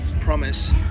promise